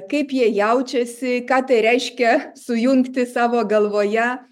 kaip jie jaučiasi ką tai reiškia sujungti savo galvoje